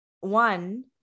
one